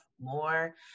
more